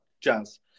jazz